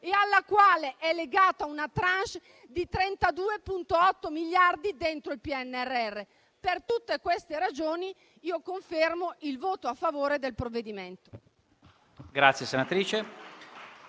e alla quale è legata una *tranche* di 32,8 miliardi dentro il PNRR. Per tutte queste ragioni, confermo il voto a favore del provvedimento.